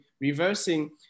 reversing